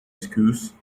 schools